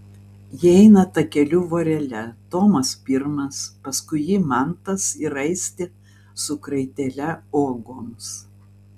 jie eina takeliu vorele tomas pirmas paskui jį mantas ir aistė su kraitele uogoms